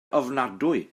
ofnadwy